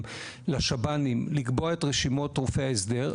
ולשב"נים לקבוע את רשימות רופאי ההסדר,